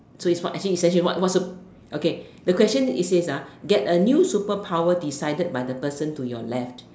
so it's for actually it's actually what's the what so okay the question is this ah get a new superpower decided by the person to your left